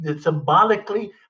symbolically